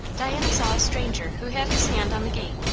diana saw a stranger who had his hand on the gate,